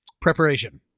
Preparation